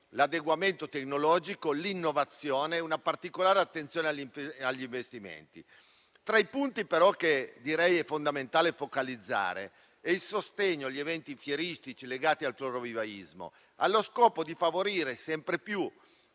l'adeguamento tecnologico, con l'innovazione e una particolare attenzione alle imprese e agli investimenti. Tra i punti su cui è fondamentale focalizzarsi c'è il sostegno agli eventi fieristici legati al florovivaismo, allo scopo di favorire sempre più